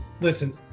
Listen